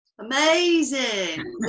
amazing